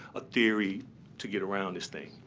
a theory to get around this thing.